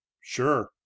Sure